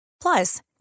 Plus